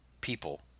people